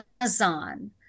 Amazon